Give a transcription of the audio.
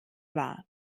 war